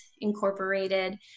Incorporated